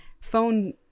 phone